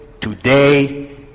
today